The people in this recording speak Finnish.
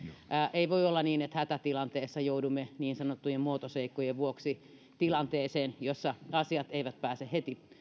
ei voi olla niin että hätätilanteessa joudumme niin sanottujen muotoseikkojen vuoksi tilanteeseen jossa asiat eivät pääse heti